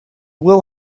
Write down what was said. will